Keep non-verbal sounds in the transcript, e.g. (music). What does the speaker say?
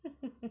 (laughs)